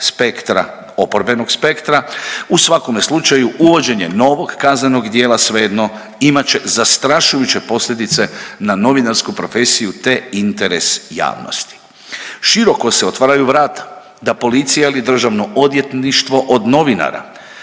spektra, oporbenog spektra. U svakome slučaju uvođenje novog kaznenog djela svejedno imat će zastrašujuće posljedice na novinarsku profesiju, te interes javnosti. Široko se otvaraju vrata da policija ili Državno odvjetništvo od novinara